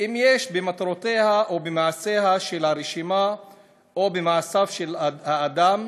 "אם יש במטרותיה או במעשיה של הרשימה או במעשיו של האדם,